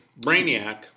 Brainiac